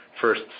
first